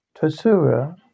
Tosura